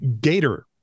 gator